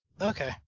Okay